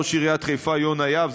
ראש עיריית חיפה יונה יהב,